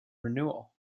renewal